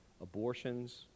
Abortions